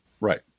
Right